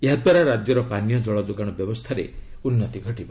ଏହାଦ୍ୱାରା ରାଜ୍ୟର ପାନୀୟ ଜଳ ଯୋଗାଣ ବ୍ୟବସ୍ଥାରେ ଉନ୍ନତି ଘଟିବ